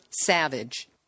Savage